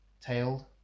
tailed